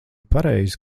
pareizi